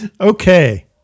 Okay